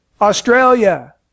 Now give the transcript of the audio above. Australia